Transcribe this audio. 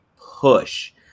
push